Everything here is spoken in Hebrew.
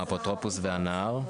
האפוטרופוס והנער.